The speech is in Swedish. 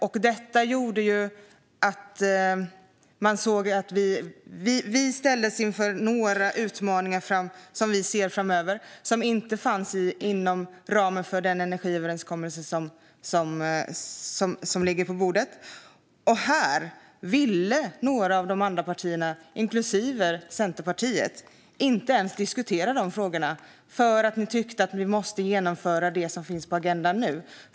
Kristdemokraterna ser utmaningar framöver som inte fanns inom ramen för den energiöverenskommelse som ligger på bordet. Här ville några av de andra partierna, inklusive Centerpartiet, inte ens diskutera frågorna därför att ni tyckte att vi måste genomföra det som finns på agendan nu.